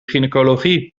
gynaecologie